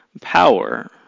Power